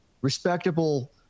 respectable